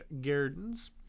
gardens